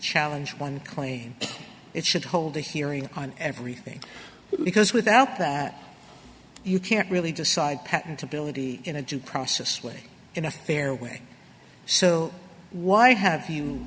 challenge one claim it should hold a hearing on everything because without that you can't really decide patentability in a due process way in a fair way so why have you